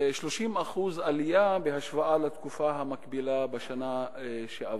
30% בהשוואה לתקופה המקבילה בשנה שעברה.